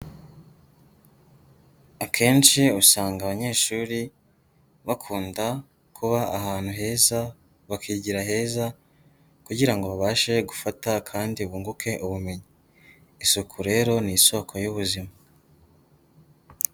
Akenshi usanga abanyeshuri bakunda kuba ahantu heza bakigira heza kugira ngo babashe gufata kandi bunguke ubumenyi, isuku rero ni isoko y'ubuzima.